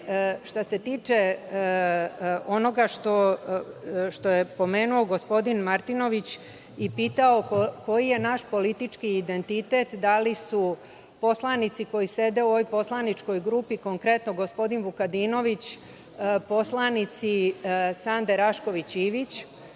se tiče onoga što je pomenuo gospodin Martinović i pitao - koji je naš politički identitet? Da li su poslanici koji sede u ovoj poslaničkoj grupi, konkretno gospodin Vukadinović, poslanici Sande Rašković Ivić